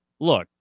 look